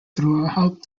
throughout